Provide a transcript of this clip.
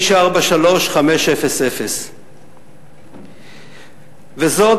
943500. וזאת,